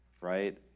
right